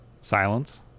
Silence